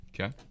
Okay